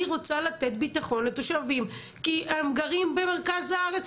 אני רוצה לתת ביטחון לתושבים כי הם גרים במרכז הארץ,